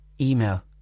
email